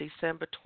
December